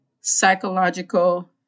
psychological